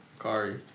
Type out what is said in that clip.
Kari